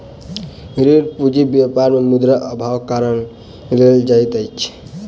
ऋण पूंजी व्यापार मे मुद्रा अभावक कारण लेल जाइत अछि